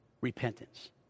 repentance